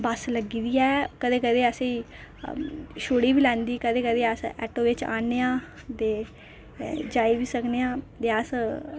बस लग्गी दी ऐ कदें कदें असेंगी छोड़ी बी लैंदी कदें कदें अस आटो बिच्च आह्न्ने आं ते जाई बी सकने आं ते आई बी सकने आं अस